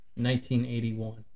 1981